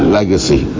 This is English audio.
legacy